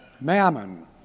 Mammon